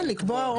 כן, לקבוע.